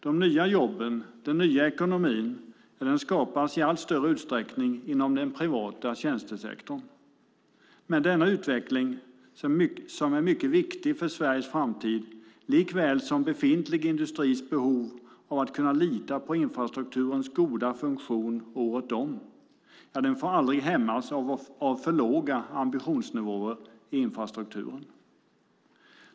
De nya jobben och den nya ekonomin skapas i allt större utsträckning inom den privata tjänstesektorn. Men denna utveckling, som är mycket viktig för Sveriges framtid likväl som för befintlig industris behov av att kunna lita på infrastrukturens goda funktion året om, får aldrig hämmas av för låga ambitionsnivåer i infrastrukturen.